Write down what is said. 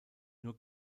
nur